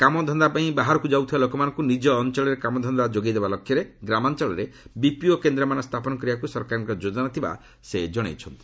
କାମଧନ୍ଦା ପାଇଁ ବାହାରକୁ ଯାଉଥିବା ଲୋକମାନଙ୍କୁ ନିଜ ଅଞ୍ଚଳରେ କାମଧନ୍ଦା ଯୋଗାଇ ଦେବା ଲକ୍ଷ୍ୟରେ ଗ୍ରାମାଞ୍ଚଳରେ ବିପିଓ କେନ୍ଦ୍ରମାନ ସ୍ଥାପନ କରିବାକୁ ସରକାରଙ୍କ ଯୋଜନା ଥିବା ସେ ଜଣାଇଛନ୍ତି